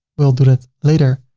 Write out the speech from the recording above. we'll do that later.